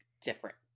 different